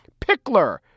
Pickler